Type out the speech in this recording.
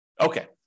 Okay